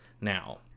now